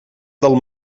del